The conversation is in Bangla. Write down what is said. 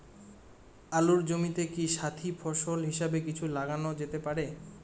আলুর জমিতে কি সাথি ফসল হিসাবে কিছু লাগানো যেতে পারে?